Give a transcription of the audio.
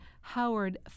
Howard